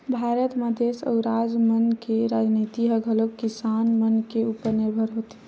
भारत म देस अउ राज मन के राजनीति ह घलोक किसान मन के उपर निरभर होथे